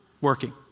Working